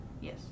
Yes